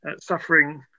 suffering